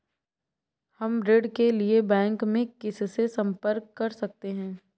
हम ऋण के लिए बैंक में किससे संपर्क कर सकते हैं?